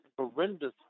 horrendous